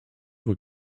were